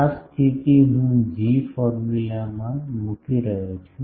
આ સ્થિતિ હું જી ફોર્મ્યુલામાં મૂકી રહ્યો છું